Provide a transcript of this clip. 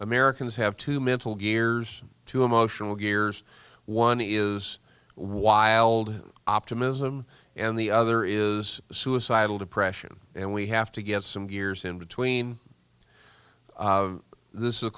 americans have to mental gears to emotional gears one is wild optimism and the other is suicidal depression and we have to get some gears in between this is